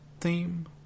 theme